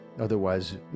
Otherwise